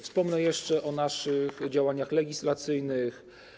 Wspomnę jeszcze o naszych działaniach legislacyjnych.